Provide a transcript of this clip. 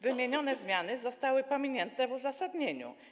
Wymienione zmiany zostały pominięte w uzasadnieniu.